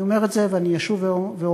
אני אומר את זה ואני אשוב ואומר.